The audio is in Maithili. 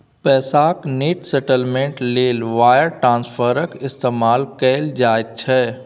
पैसाक नेट सेटलमेंट लेल वायर ट्रांस्फरक इस्तेमाल कएल जाइत छै